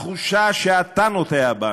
התחושה שאתה נוטע בנו,